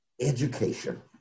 education